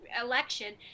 election